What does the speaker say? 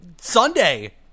Sunday